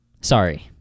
Sorry